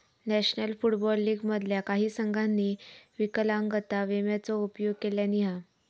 national football league मधल्या काही संघांनी विकलांगता विम्याचो उपयोग केल्यानी हा